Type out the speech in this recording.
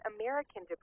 American